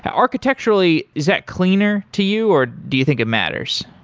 ah architecturally, is that cleaner to you, or do you think it matters?